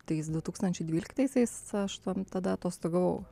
tais du tūkstančiai dvylikataisiais aš tam tada atostogavau